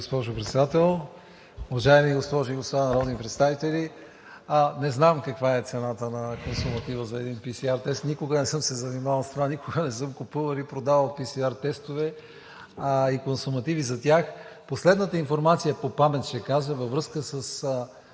Ви, госпожо Председател. Уважаеми госпожи и господа народни представители! Не знам каква е цената на консуматива за един PСR тест, никога не съм се занимавал с това, никога не съм купувал и продавал PСR тестове и консумативи за тях. Последната информация, по памет ще кажа, във връзка с